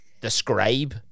describe